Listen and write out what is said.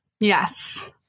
Yes